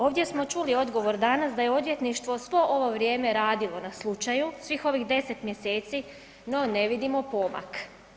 Ovdje smo čuli odgovor danas da je odvjetništvo svo ovo vrijeme radilo na slučaju, svih ovih 10 mjeseci no ne vidimo pomak.